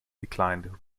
declined